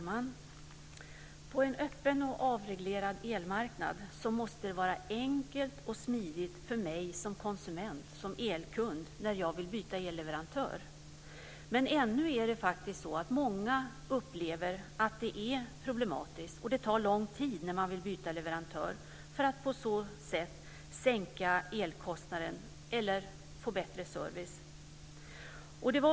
Fru talman! På en öppen och avreglerad elmarknad måste det vara enkelt och smidigt för mig som konsument och elkund när jag vill byta elleverantör. Men ännu upplever många att det är problematiskt och att det tar lång tid när man vill byta leverantör för att sänka elkostnaden eller att få bättre service.